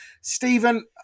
Stephen